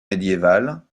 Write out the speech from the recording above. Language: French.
médiévale